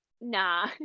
Nah